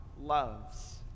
loves